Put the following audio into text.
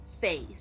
face